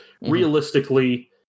realistically